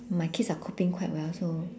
my kids are coping quite well so